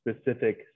specific